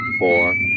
four